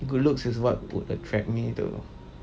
good looks is what would attract me to